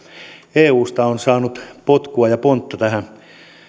eusta on saanut potkua ja pontta tähän